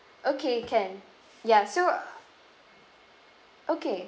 okay can ya so okay